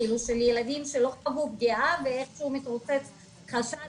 של ילדים שלא חוו פגיעה ואיכשהו מתרוצץ חשד